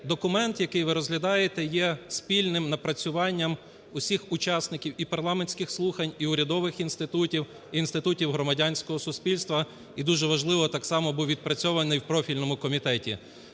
документ, який ви розглядаєте, є спільним напрацюванням усіх учасників і парламентських слухань, і урядових інститутів, і інститутів громадянського суспільства і дуже важливо – так само був відпрацьований у профільному комітеті.